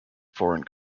foreign